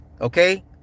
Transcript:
okay